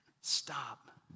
stop